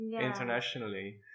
internationally